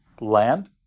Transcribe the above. land